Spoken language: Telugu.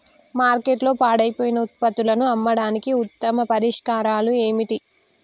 మార్కెట్లో పాడైపోయిన ఉత్పత్తులను అమ్మడానికి ఉత్తమ పరిష్కారాలు ఏమిటి?